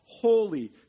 Holy